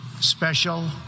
special